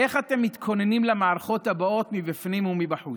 איך אתם מתכוננים למערכות הבאות מבפנים ומבחוץ?